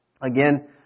Again